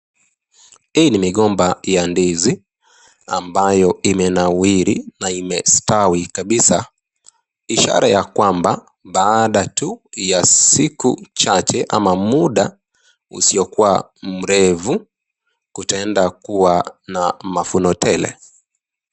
Hii ni migomba ya ndizi ambayo imenawiri na imestawi kabisaa. Ishara ya kwamba baada tu ya siku chache ama mda usiokuwa mrefu kutaenda kuwa na mavuno tele.